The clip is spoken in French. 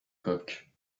coque